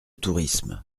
tourisme